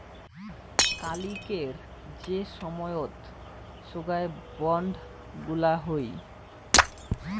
কালিকের যে সময়ত সোগায় বন্ড গুলা হই